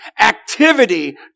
activity